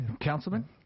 Councilman